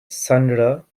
sandra